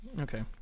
Okay